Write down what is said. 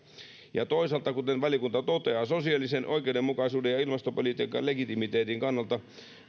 toisaalta kuten valiokunta toteaa sosiaalisen oikeudenmukaisuuden ja ilmastopolitiikan legitimiteetin kannalta